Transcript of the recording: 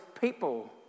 people